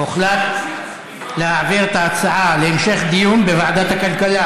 הוחלט להעביר את ההצעה להמשך דיון בוועדת הכלכלה.